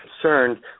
concerned